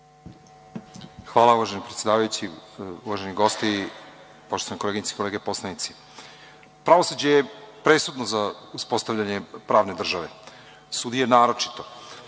Hvala, uvaženi predsedavajući. Uvaženi gosti, poštovane koleginice i kolege poslanici, pravosuđe je presudno za uspostavljanje pravne države, sudije naročito.